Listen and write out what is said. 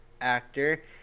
actor